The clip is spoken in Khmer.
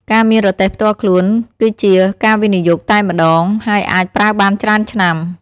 ការមានរទេះផ្ទាល់ខ្លួន គឺជាការវិនិយោគតែម្តង ហើយអាចប្រើបានច្រើនឆ្នាំ។